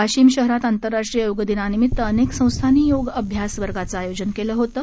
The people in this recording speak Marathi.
वाशिम शहरात आंतरराष्ट्रीय योगदिनानिमित्त अनेक संस्थांनी योग अभ्यास वर्गाचं आयोजन केलं होतं